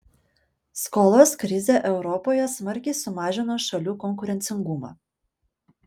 skolos krizė europoje smarkiai sumažino šalių konkurencingumą